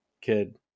kid